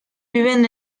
viven